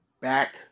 back